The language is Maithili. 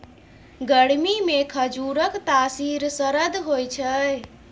गरमीमे खजुरक तासीर सरद होए छै